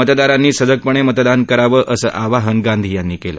मतदारांनी सजगपणे मतदान करावं असं आवाहन गांधी यांनी केलं